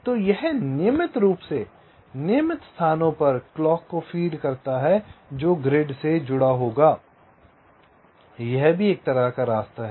तो यह नियमित रूप से नियमित स्थानों पर क्लॉक को फीड करता है जो ग्रिड से जुड़ा होगा यह भी एक तरह का रास्ता है